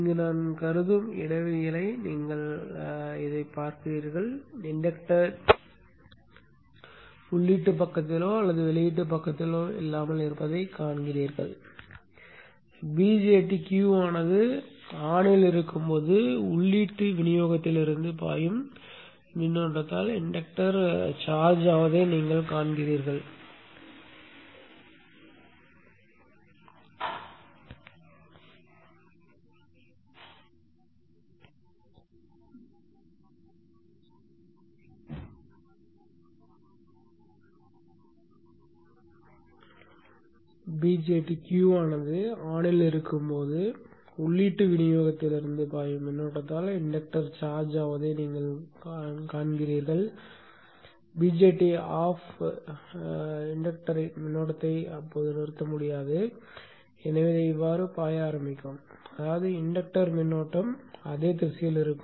இங்கு நான் கருதும் இடவியலை நீங்கள் அடையாளம் காண்கிறீர்கள் இன்டக்டர் உள்ளீடு பக்கத்திலோ அல்லது வெளியீட்டுப் பக்கத்திலோ இல்லாமல் இருப்பதைக் காண்கிறீர்கள் BJT Q ஆனது on ஆக இருக்கும்போது உள்ளீட்டு விநியோகத்திலிருந்து பாயும் மின்னோட்டத்தால் இன்டக்டர் சார்ஜ் ஆவதை நீங்கள் காண்கிறீர்கள் மற்றும் BJT அணைக்கப்படும் போது இன்டக்டர் மின்னோட்டத்தை நிறுத்த முடியாது எனவே இது இவ்வாறு பாய ஆரம்பிக்கும் அதாவது இன்டக்டர்மின்னோட்டம் அதே திசையில் இருக்கும்